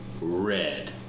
red